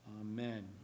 Amen